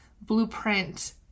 Blueprint